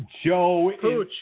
Joe